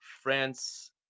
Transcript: France